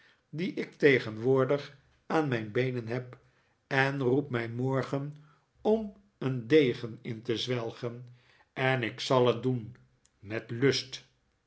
die ik tegenwoordig aan mijn beenen heb en roep mij morgen om een degen in te zwelgen en ik zal het doen met lust